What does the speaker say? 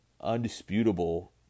undisputable